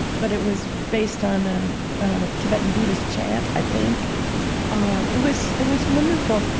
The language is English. but it was based on a tibetan buddhist chant, i think ah it was it was wonderful,